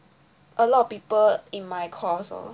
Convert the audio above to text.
a lot of people in my course lor